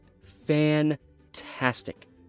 fantastic